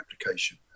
application